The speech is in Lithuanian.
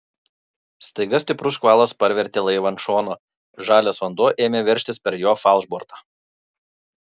staiga stiprus škvalas parvertė laivą ant šono žalias vanduo ėmė veržtis per jo falšbortą